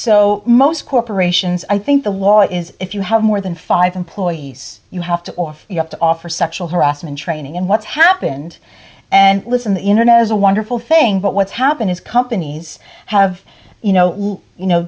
so most corporations i think the law is if you have more than five employees you have to or you have to offer sexual harassment training in what's happened and listen the internet is a wonderful thing but what's happened is companies have you know you know